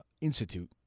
Institute